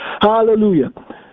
Hallelujah